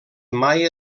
mai